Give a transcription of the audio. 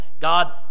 God